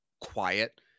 quiet